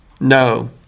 No